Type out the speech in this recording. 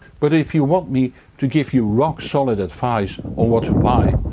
but if you want me to give you rock solid advice on what to buy,